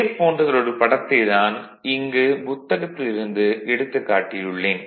அதே போன்றதொரு படத்தைத் தான் இங்கு புத்தகத்தில் இருந்து எடுத்துக் காட்டியுள்ளேன்